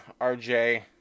RJ